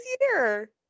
year